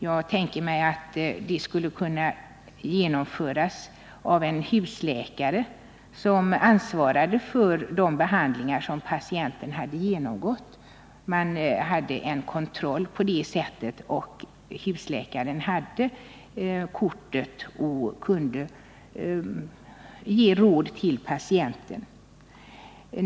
Jag tänker mig att det skulle kunna genomföras genom att en husläkare antecknar de behandlingar patienten har genomgått. På det sättet skulle man få en kontroll. Husläkaren kunde ha hand om kortet och ge råd till patienten.